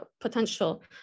potential